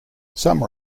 some